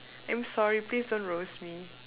I'm sorry please don't roast me